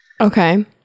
Okay